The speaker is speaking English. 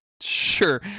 Sure